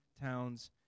towns